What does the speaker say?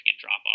drop-off